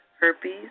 herpes